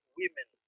women